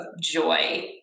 joy